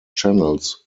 channels